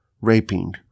raping